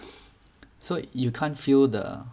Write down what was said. so you can't feel the